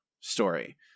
story